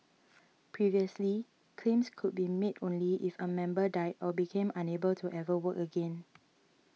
previously claims could be made only if a member died or became unable to ever work again